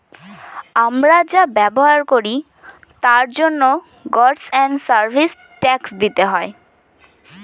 আমরা যা ব্যবহার করি তার জন্য গুডস এন্ড সার্ভিস ট্যাক্স দিতে হয়